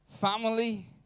family